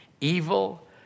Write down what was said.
Evil